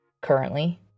currently